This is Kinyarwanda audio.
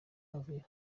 uvira